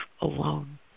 alone